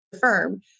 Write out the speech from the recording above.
firm